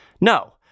No